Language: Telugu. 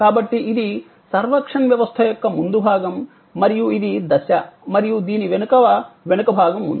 కాబట్టి ఇది సర్వక్షన్ వ్యవస్థ యొక్క ముందు భాగం మరియు ఇది దశ మరియు దీని వెనుక వెనుక భాగం ఉంది